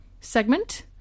segment